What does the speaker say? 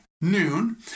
noon